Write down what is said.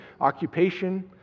occupation